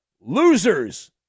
losers